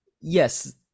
yes